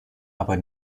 aber